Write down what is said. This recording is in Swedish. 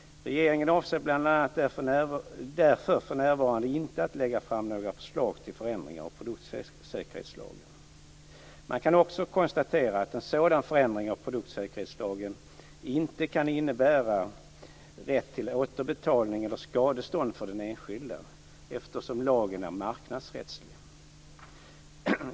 Regeringen avser bl.a. därför för närvarande inte att lägga fram några förslag till förändringar av produktsäkerhetslagen. Man kan också konstatera att en sådan förändring av produktsäkerhetslagen inte kan innebära rätt till återbetalning eller skadestånd för den enskilde, eftersom lagen är marknadsrättslig.